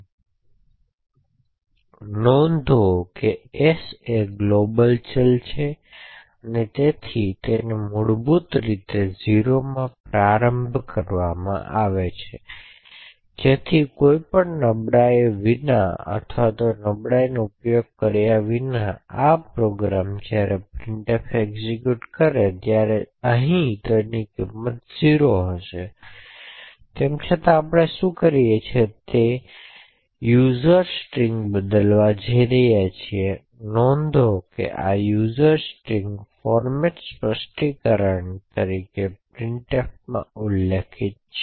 તેથી નોંધ લો કે s ગ્લોબલ ચલ છે તેથી તેથી તેને મૂળભૂત રીતે 0 માં પ્રારંભ કરવામાં આવશે જેથી કોઈપણ નબળાઈઓ વિના અથવા નબળાઈઓનો ઉપયોગ કર્યા વિના આ પ્રોગ્રામ જ્યારે આ પ્રિન્ટફ એક્ઝેક્યુટ કરે છે તે અહીં 0 ની બરાબર હશે તેમ છતાં આપણે શું કરીશું તે વપરાશકર્તા સ્ટ્રિંગ બદલવા જઈ રહ્યા છીએ અને નોંધ લો કે આ વપરાશકર્તા સ્ટ્રિંગફોર્મેટ સ્પષ્ટીકરણ તરીકે પ્રિન્ટફમાં ઉલ્લેખિત છે